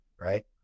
right